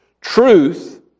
Truth